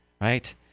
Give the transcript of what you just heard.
right